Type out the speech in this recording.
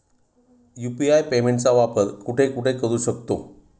UPI पेमेंटचा वापर कुठे कुठे करू शकतो?